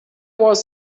was